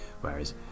whereas